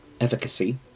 efficacy